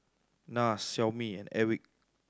Nars Xiaomi and Airwick